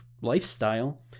lifestyle